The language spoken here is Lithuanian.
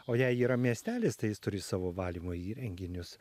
o jei yra miestelis tai jis turi savo valymo įrenginius